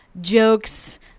jokes